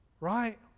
Right